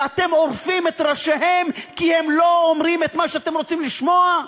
ואתם עורפים את ראשיהם כי הם לא אומרים את מה שאתם רוצים לשמוע?